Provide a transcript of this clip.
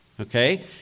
Okay